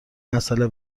مسئله